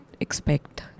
expect